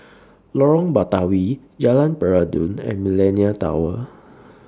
Lorong Batawi Jalan Peradun and Millenia Tower